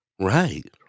right